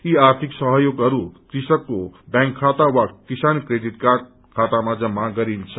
यी आर्थिक सहयोगहरू कृषकको व्यांक खाता वा किसान क्रेडिट कार्ड खातामा जम्मा गरिन्छ